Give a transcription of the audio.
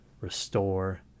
restore